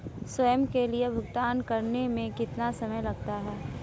स्वयं के लिए भुगतान करने में कितना समय लगता है?